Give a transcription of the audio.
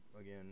again